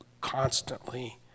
constantly